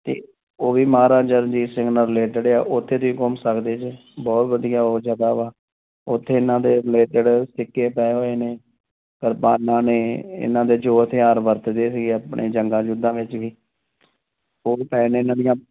ਅਤੇ ਉਹ ਵੀ ਮਹਾਰਾਜਾ ਰਣਜੀਤ ਸਿੰਘ ਨਾਲ ਰਿਲੇਟਿਡ ਆ ਉੱਥੇ ਤੁਸੀਂ ਘੁੰਮ ਸਕਦੇ ਜੇ ਬਹੁਤ ਵਧੀਆ ਉਹ ਜਗ੍ਹਾ ਵਾ ਉੱਥੇ ਇਹਨਾਂ ਦੇ ਰਿਲੇਟਿਡ ਸਿੱਕੇ ਪਏ ਹੋਏ ਨੇ ਕਿਰਪਾਨਾਂ ਨੇ ਇਹਨਾਂ ਦੇ ਜੋ ਹਥਿਆਰ ਵਰਤਦੇ ਸੀਗੇ ਆਪਣੇ ਜੰਗਾਂ ਯੁੱਧਾਂ ਵਿੱਚ ਵੀ ਉਹ ਵੀ ਪਏ ਨੇ ਇਹਨਾਂ ਦੀਆਂ